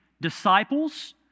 disciples